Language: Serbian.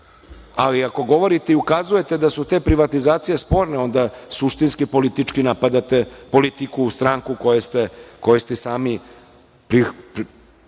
ali ako govorite i ukazujete da su te privatizacije sporne, onda suštinski politički napadate politiku, stranku kojoj ste sami pripadali,